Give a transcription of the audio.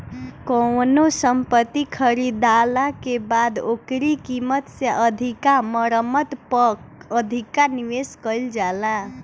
कवनो संपत्ति खरीदाला के बाद ओकरी कीमत से अधिका मरम्मत पअ अधिका निवेश कईल जाला